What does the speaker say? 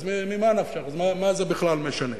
אז ממה נפשך, מה זה בכלל משנה?